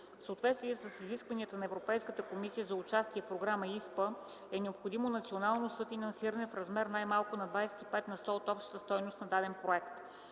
В съответствие с изискванията на Европейската комисия за участие в програма ИСПА е необходимо национално съфинансиране в размер най-малко 25 на сто от общата стойност на даден проект.